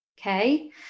okay